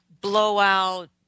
blowout